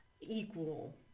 equal